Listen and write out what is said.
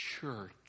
church